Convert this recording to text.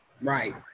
Right